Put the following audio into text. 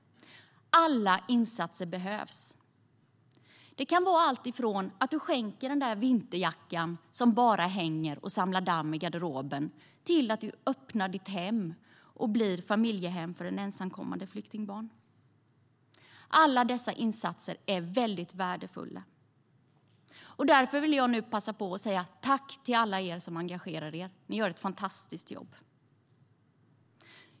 Alla insatser behövs. Det kan vara allt från att man skänker vinterjackan som bara hänger och samlar damm i garderoben till att man öppnar sitt hem och blir familjehem för ett ensamkommande flyktingbarn. Alla dessa insatser är värdefulla. Jag vill passa på att tacka alla som har engagerat sig. De gör ett fantastiskt jobb.